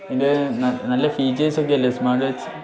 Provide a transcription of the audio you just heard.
ഇതിന്റെ നല്ല ഫീച്ചേഴ്സൊക്കെ അല്ലേ സ്മാർട്ട് വാച്ച്